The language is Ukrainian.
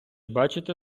бачите